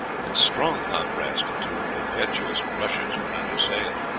in strong contrast to her impetuous rushes when under sail.